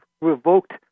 revoked